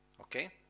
Okay